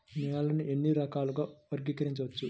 నేలని ఎన్ని రకాలుగా వర్గీకరించవచ్చు?